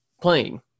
playing